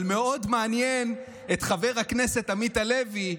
אבל מאוד מעניין את חבר הכנסת עמית הלוי,